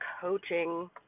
coaching